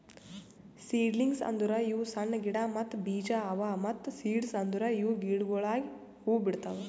seedlings ಅಂದುರ್ ಇವು ಸಣ್ಣ ಗಿಡ ಮತ್ತ್ ಬೀಜ ಅವಾ ಮತ್ತ ಸೀಡ್ಸ್ ಅಂದುರ್ ಇವು ಗಿಡಗೊಳಾಗಿ ಹೂ ಬಿಡ್ತಾವ್